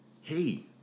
hey